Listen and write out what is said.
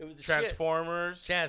Transformers